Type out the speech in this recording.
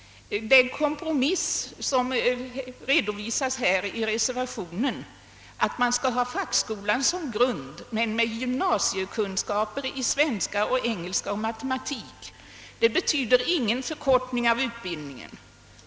Den kompromiss som redovisas i reservation nr 1 — att man skall ha fackskola som grund men därutöver gymnasiekunskaper i svenska, engelska och matematik — innebär ingen förkortning av utbildningen.